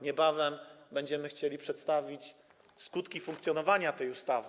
Niebawem będziemy chcieli przedstawić skutki funkcjonowania tej ustawy.